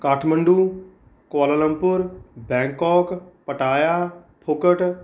Kathmandu Kuala Lumpur Bangkok Pattaya Phuket